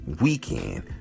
weekend